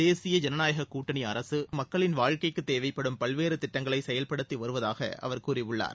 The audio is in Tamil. தேசிய முற்போக்கு கூட்டணி அரசு மக்களின் வாழ்க்கைக்குத் தேவைப்படும் பல்வேறு திட்டங்களை செயல்படுத்தி வருவதாக அவர் கூறியுள்ளார்